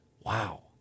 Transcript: wow